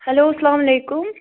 hello السلام علیکُم